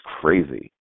crazy